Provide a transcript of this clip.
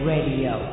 Radio